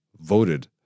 voted